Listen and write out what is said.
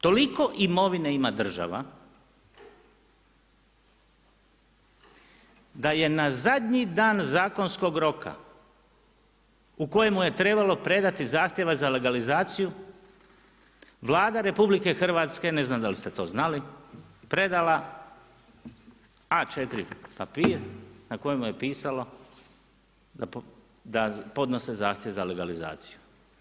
Toliko imovine ima država da je na zadnji dan zakonskog roka u kojem je trebalo predati zahtjeva za legalizaciju Vlada RH, ne znam dal' ste to znali, predala A4 papir n kojemu je pisalo da podnose zahtjev za legalizaciju.